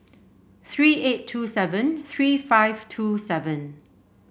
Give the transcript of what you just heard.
three eight two seven three five two seven